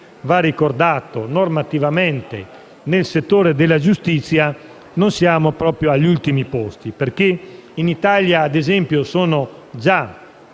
va ricordato che, normativamente, nel settore della giustizia non siamo proprio agli ultimi posti. In Italia, ad esempio, sono già